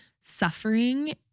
suffering